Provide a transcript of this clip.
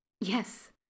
Yes